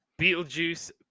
Beetlejuice